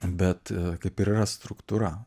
bet kaip ir yra struktūra